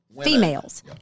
females